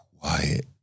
quiet